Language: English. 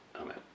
Amen